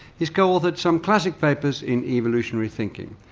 he has co-authored some classic papers in evolutionary thinking.